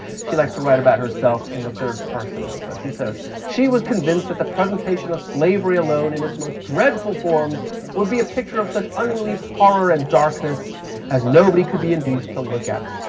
she likes to write about herself in the third person, so she says, she was convinced that the presentation of slavery alone in its most dreadful forms would be a picture of such unrelieved horror and darkness as nobody could be induced to look at.